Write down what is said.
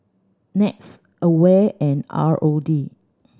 NETS AWARE and R O D